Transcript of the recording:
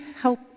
help